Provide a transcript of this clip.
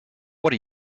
what